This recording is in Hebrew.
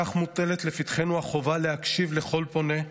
כך מוטלת לפתחנו החובה להקשיב לכל פונה,